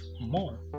more